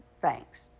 Thanks